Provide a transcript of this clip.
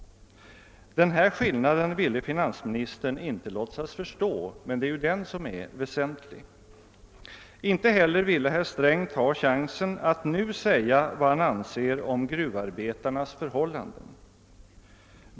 Den här skillnaden ville finansministern inte låtsas förstå, men det är den som är väsentlig. Inte heller ville herr Sträng ta chansen att nu säga vad han anser om gruvarbetarnas förhållanden.